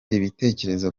ibitekerezo